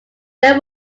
there